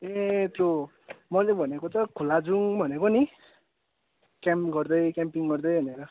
ए त्यो मैले भनेको त खोला जाउँ भनेको नि क्याम्प गर्दै क्याम्पिङ गर्दै भनेर